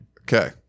Okay